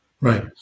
Right